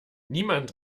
niemand